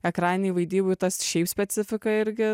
ekraninėj vaidyboje tas šiaip specifika irgi